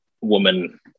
woman